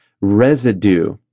residue